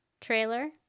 trailer